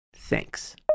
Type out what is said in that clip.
Thanks